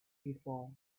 before